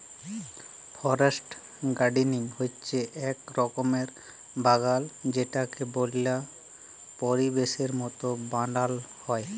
forest gardening হচ্যে এক রকমের বাগাল যেটাকে বল্য পরিবেশের মত বানাল হ্যয়